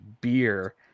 beer